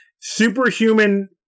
superhuman